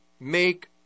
make